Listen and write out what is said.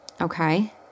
Okay